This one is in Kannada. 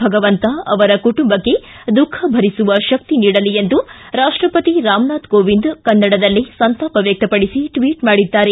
ಭಗವಂತ ಅವರ ಕುಟುಂಬಕ್ಕೆ ದುಃಖ ಭರಿಸುವ ಶಕ್ತಿ ನೀಡಲಿ ಎಂದು ರಾಷ್ಟಪತಿ ರಾಮನಾಥ್ ಕೋವಿಂದ್ ಕನ್ನಡದಲ್ಲಿ ಸಂತಾಪ ವ್ಯಕ್ತಪಡಿಸಿ ಟ್ವೀಟ್ ಮಾಡಿದ್ದಾರೆ